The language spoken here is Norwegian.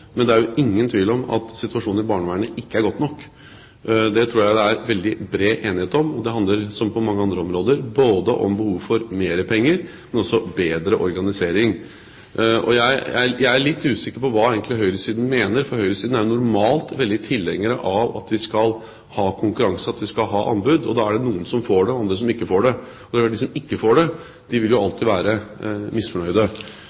Men det er ingen tvil om at situasjonen i barnevernet ikke er god nok. Det tror jeg det er veldig bred enighet om. Det handler – som på mange andre områder – både om behov for mer penger og om bedre organisering. Jeg er litt usikker på hva høyresiden egentlig mener, for høyresiden er normalt veldig tilhenger av at vi skal ha konkurranse og anbud. Da er det noen som får det og andre som ikke får det. De som ikke får det, vil alltid være misfornøyde. Det avgjørende her er at de